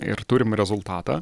ir turim rezultatą